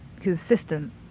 consistent